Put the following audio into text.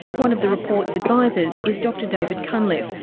one of the report's advisors is dr david cunliffe,